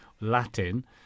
latin